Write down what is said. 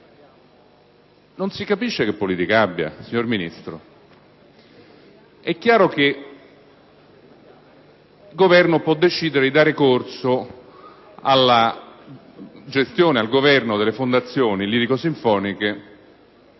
non si capisce che politica abbia, signor Ministro. È chiaro che il Governo può decidere di dare corso alla gestione delle fondazioni lirico-sinfoniche